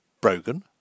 Brogan